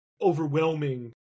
overwhelming